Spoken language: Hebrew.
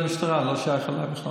במטפלים הם עוברים לעבוד במוסד אחר.